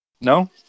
No